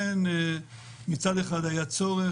מכיוון שמצד אחד היה צורך,